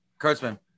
Kurtzman